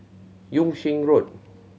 Yung Sheng Road